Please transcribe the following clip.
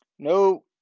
No